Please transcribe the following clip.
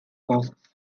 costs